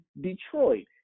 Detroit